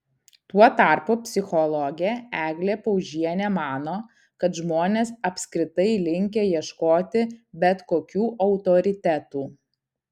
tuo tarpu psichologė eglė paužienė mano kad žmonės apskritai linkę ieškoti bet kokių autoritetų